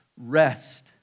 rest